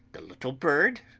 the little bird,